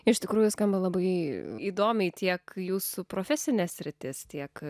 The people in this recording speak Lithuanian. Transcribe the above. iš tikrųjų skamba labai įdomiai tiek jūsų profesinė sritis tiek